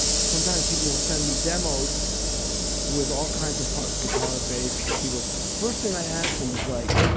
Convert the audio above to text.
sometimes people will send me demos with all kinds of parts guitar, bass, keyboards. first thing i ask them is like,